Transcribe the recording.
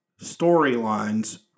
storylines